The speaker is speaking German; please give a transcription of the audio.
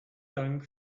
dank